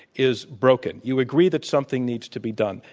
is broken. you agree that something needs to be done.